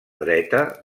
dreta